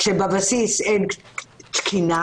בבסיס אין תקינה